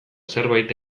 zerbait